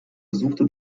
besuchte